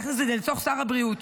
ולהכניס את זה לתוך סל הבריאות.